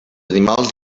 animals